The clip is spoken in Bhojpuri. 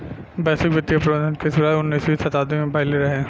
वैश्विक वित्तीय प्रबंधन के शुरुआत उन्नीसवीं शताब्दी में भईल रहे